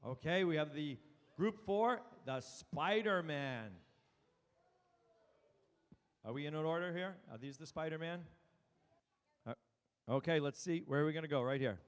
ok we have the group for spider man are we in order here are these the spider man ok let's see where we're going to go right here